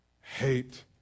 hate